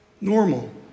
Normal